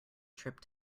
trip